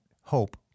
hope-